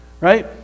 right